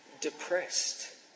depressed